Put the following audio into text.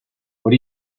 what